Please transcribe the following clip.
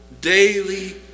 Daily